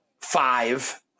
five